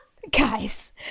Guys